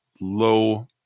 low